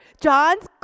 John's